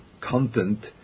content